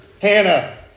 Hannah